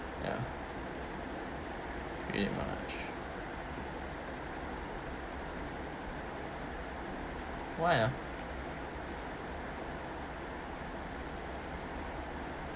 eh ya pretty much why ah